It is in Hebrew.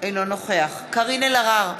אינו נוכח קארין אלהרר,